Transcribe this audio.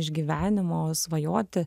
iš gyvenimo svajoti